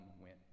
went